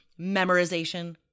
memorization